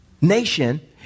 nation